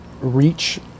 reach